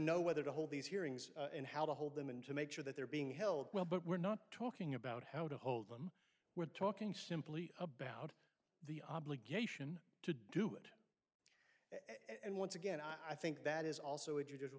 know whether to hold these hearings and how to hold them and to make sure that they're being held well but we're not talking about how to hold them we're talking simply about the obligation to do it and once again i think that is also a judicial